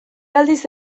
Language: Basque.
aldiz